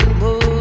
more